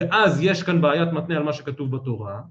אז יש כאן בעיית מתנה על מה שכתוב בתורה